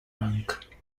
rank